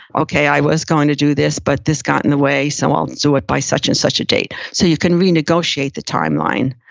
okay i was going to do this, but this got in the way. so i'll do it by such and such a date. so you can re-negotiate the timeline.